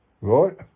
Right